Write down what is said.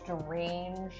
strange